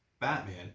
Batman